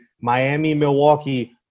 Miami-Milwaukee